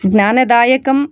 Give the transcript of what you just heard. ज्ञानदायकं